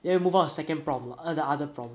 then move on to second prompt err the other prompt